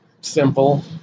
simple